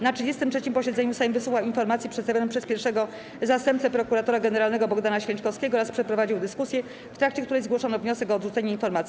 Na 33. posiedzeniu Sejm wysłuchał informacji przedstawionej przez pierwszego zastępcę prokuratora generalnego Bogdana Święczkowskiego oraz przeprowadził dyskusję, w trakcie której zgłoszono wniosek o odrzucenie informacji.